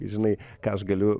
žinai ką aš galiu